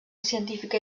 científica